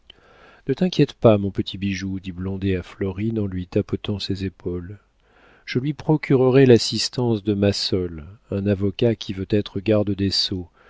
ne t'inquiète pas mon petit bijou dit blondet à florine en lui tapotant les épaules je lui procurerai l'assistance de massol un avocat qui veut être garde des sceaux